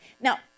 Now